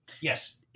Yes